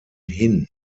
hin